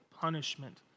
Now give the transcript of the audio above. punishment